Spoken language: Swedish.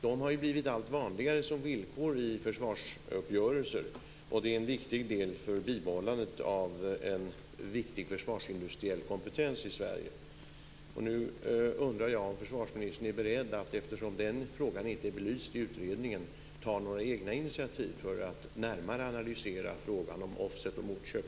De har ju blivit allt vanligare som villkor i försvarsuppgörelser, och det är en viktig del för bibehållandet av en viktig försvarsindustriell kompetens i Sverige. Jag undrar nu om försvarsministern är beredd att, eftersom den frågan inte är belyst i utredningen, ta några egna initiativ för att närmare analysera frågan om offset och motköp.